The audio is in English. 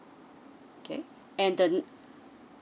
okay and the